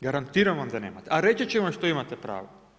Garantiram vam da nemate, a reći će vam što imate pravo.